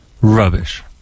Rubbish